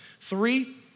Three